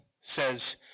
says